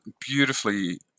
beautifully